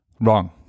Wrong